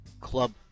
Club